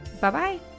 Bye-bye